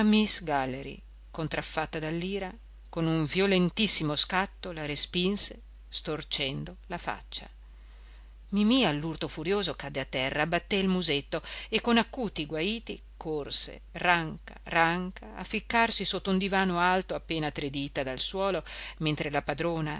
miss galley contraffatta dall'ira con un violentissimo scatto la respinse storcendo la faccia mimì all'urto furioso cadde a terra batté il musetto e con acuti guaiti corse ranca ranca a ficcarsi sotto un divano alto appena tre dita dal suolo mentre la padrona